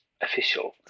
official